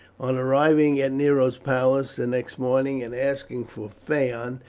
on arriving at nero's palace the next morning, and asking for phaon,